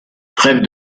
crève